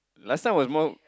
last time was more